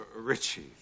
Richie